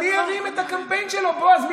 אבל מי הרים את הקמפיין שלו, בועז?